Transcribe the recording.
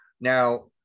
Now